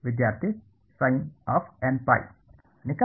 ವಿದ್ಯಾರ್ಥಿ